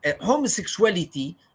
homosexuality